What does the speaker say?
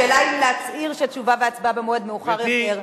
השאלה היא אם להצהיר שתשובה והצבעה במועד מאוחר יותר.